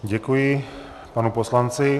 Děkuji panu poslanci.